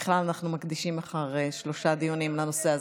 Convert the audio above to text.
בכלל אנחנו מקדישים מחר שלושה דיונים לנושא הזה.